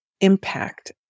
impact